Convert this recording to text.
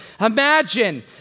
Imagine